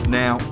now